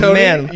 man